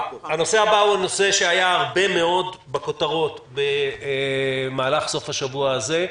הנושא הבא הוא נושא שהיה הרבה מאוד בכותרות במהלך סוף השבוע הזה,